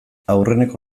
aurreneko